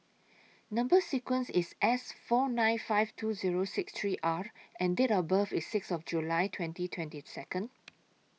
Number sequence IS S four nine fifty two Zero six three R and Date of birth IS six July twenty twenty two